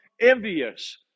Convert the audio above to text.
envious